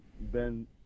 Ben